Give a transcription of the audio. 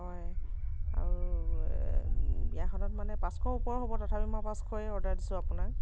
হয় আৰু বিয়াখনত মানে পাঁচশৰ ওপৰ হ'ব তথাপি মই পাঁচশয়ে অৰ্ডাৰ দিছোঁ আপোনাক